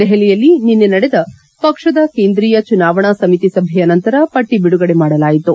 ದೆಹಲಿಯಲ್ಲಿ ನಿನ್ನೆ ನಡೆದ ಪಕ್ಷದ ಕೇಂದ್ರೀಯ ಚುನಾವಣಾ ಸಮಿತಿ ಸಭೆಯ ನಂತರ ಪಟ್ಟಿ ಬಿಡುಗಡೆ ಮಾಡಲಾಯಿತು